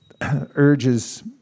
urges